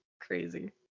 crazy